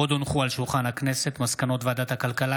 עוד הונחו על שולחן הכנסת מסקנות ועדת הכלכלה